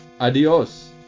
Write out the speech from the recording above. Adios